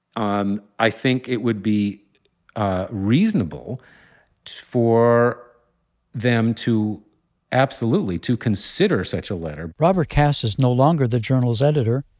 um i think it would be reasonable for them to absolutely to consider such a letter robert kass is no longer the journal's editor,